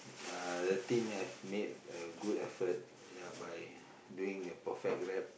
uh the team have made a good effort ya by doing a perfect rap